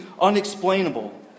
unexplainable